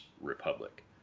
republic